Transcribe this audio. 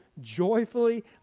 joyfully